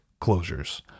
closures